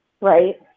Right